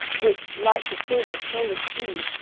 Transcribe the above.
which, like the silver-pearled dewe,